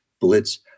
Blitz